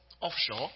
offshore